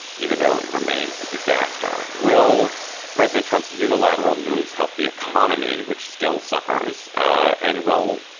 even though it remains a disaster. will president trump's unilateral moves help the economy, which still suffers and will?